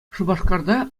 шупашкарта